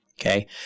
Okay